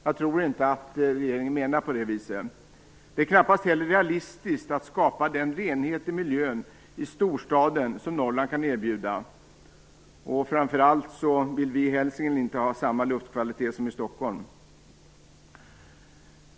Jag tror inte att regeringen menar det. Det är knappast heller realistiskt att skapa den renhet i miljön i storstaden som Norrland kan erbjuda. Framför allt vill vi i Hälsingland inte ha samma luftkvalitet som i Stockholm.